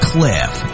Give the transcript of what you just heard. Cliff